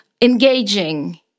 engaging